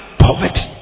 poverty